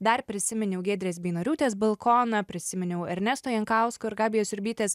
dar prisiminiau giedrės beinoriūtės balkoną prisiminiau ernesto jankausko ir gabijos siurbytės